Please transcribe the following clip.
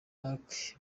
luc